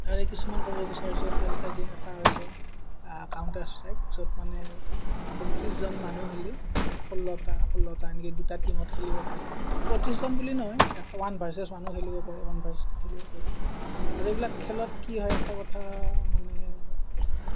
তাৰে কিছুমান ক'ব বিচাৰিছোঁ এটা দুটা গেম এটা হৈছে কাউন্টাৰ ষ্ট্ৰাইক য'ত মানে বত্ৰিছজন মানুহ মিলি ষোল্লটা ষোল্লটা এনেকৈ দুটা টিমত খেলিব পাৰি বত্ৰিছজন বুলি নহয় এটা ওৱান ভাৰ্ছেছ ৱানো খেলিব পাৰে ওৱান ভাৰ্ছেছ টু খেলিব পাৰে আৰু এইবিলাক খেলত কি হয় এটা কথা মানে